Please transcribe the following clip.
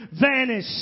vanish